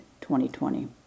2020